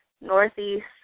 northeast